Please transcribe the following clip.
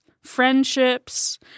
friendships